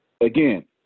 Again